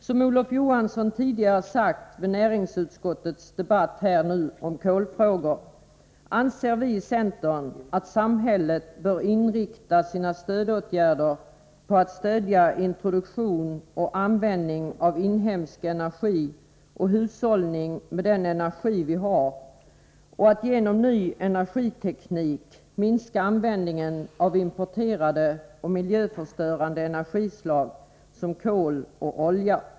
Som Olof Johansson tidigare sagt under debatten med anledning av näringsutskottets betänkande om kolfrågor anser vi i centern att samhället bör inrikta sina åtgärder på att stödja introduktion och användning av inhemsk energi samt hushållning med den energi vi har, och att genom ny energiteknik minska användningen av importerade och miljöförstörande energislag som kol och olja.